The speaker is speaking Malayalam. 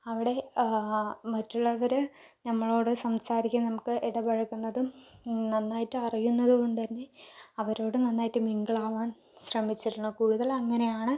അവിടെ മറ്റുള്ളവർ നമ്മളോട് സംസാരിക്കാൻ നമ്മൾക്ക് ഇടപഴകുന്നതും നന്നായിട്ട് അറിയുന്നത് കൊണ്ട് തന്നെ അവരോട് നന്നായിട്ട് മിംഗിൾ ആകാൻ ശ്രമിച്ചിരുന്നു കൂടുതൽ അങ്ങനെ ആണ്